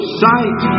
sight